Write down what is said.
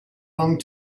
long